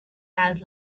out